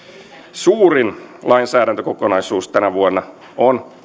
suurin lainsäädäntökokonaisuus tänä vuonna on